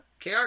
KR